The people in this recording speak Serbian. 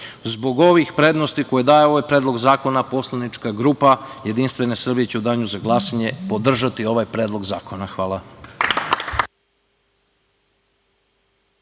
ovih prednosti koje daje ovaj predlog zakona, poslanička grupa JS će u danu za glasanje podržati ovaj predlog zakona. Hvala.